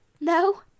No